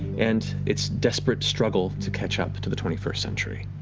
and its desperate struggle to catch up to the twenty first century.